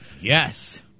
Yes